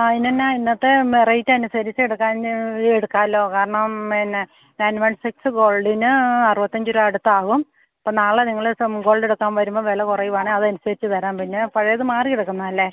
ആ അതിനെന്നാ ഇന്നത്തെ റേറ്റ് അനുസരിച്ച് എടുക്കാന്ന് എടുക്കാമല്ലോ കാരണം പിന്നെ നയൻ വൺ സിക്സ് ഗോൾഡിന് അറുപത്തിയഞ്ചു രൂപ അടുത്താകും അപ്പോള് നാളെ നിങ്ങള് ഗോൾഡെടുക്കാന് വരുമ്പോള് വില കുറയുകയാണെങ്കില് അതനുസരിച്ചു തരാം പിന്നെ പഴയതു മാറിയെടുക്കണം അല്ലേ